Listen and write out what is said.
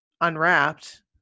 Unwrapped